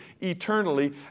eternally